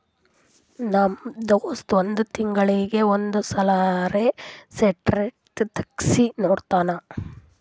ನಮ್ ದೋಸ್ತ್ ಒಂದ್ ತಿಂಗಳೀಗಿ ಒಂದ್ ಸಲರೇ ಸ್ಟೇಟ್ಮೆಂಟ್ ತೆಗ್ಸಿ ನೋಡ್ತಾನ್